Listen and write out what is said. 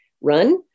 run